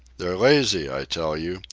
they're lazy, i tell you,